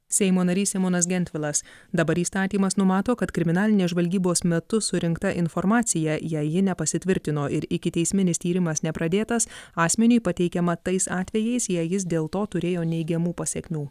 seimo narys simonas gentvilas dabar įstatymas numato kad kriminalinės žvalgybos metu surinkta informacija jei ji nepasitvirtino ir ikiteisminis tyrimas nepradėtas asmeniui pateikiama tais atvejais jei jis dėl to turėjo neigiamų pasekmių